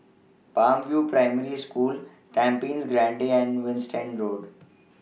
Palm View Primary School Tampines Grande and Winstedt Road